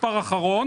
מספר אחרון